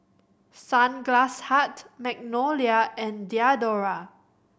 Sunglass Hut Magnolia and Diadora